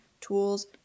tools